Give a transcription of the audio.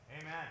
Amen